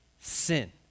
sin